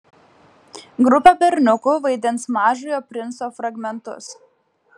grupė berniukų vaidins mažojo princo fragmentus